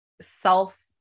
self